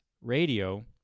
radio